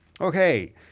Okay